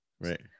right